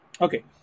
Okay